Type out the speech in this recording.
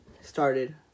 started